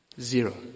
Zero